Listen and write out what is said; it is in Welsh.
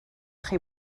chi